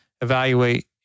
evaluate